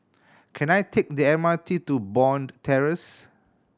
can I take the M R T to Bond Terrace